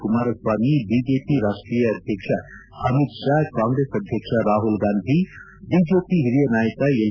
Kumaraswamy BJP ರಾಷ್ಟೀಯ ಅಧ್ಯಕ್ಷ Amit Shah Congress ಅಧ್ಯಕ್ಷ ರಾಹುಲ್ ಗಾಂಧಿ ಬಿಜೆಪಿ ಹಿರಿಯ ನಾಯಕ ಎಲ್